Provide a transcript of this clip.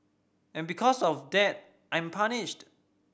and because of that I'm punished